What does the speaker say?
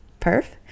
Perf